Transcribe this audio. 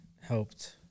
helped